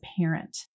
parent